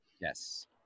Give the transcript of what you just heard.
Yes